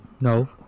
No